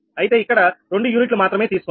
అయితే ఇక్కడ రెండు యూనిట్లు మాత్రమే తీసుకున్నాము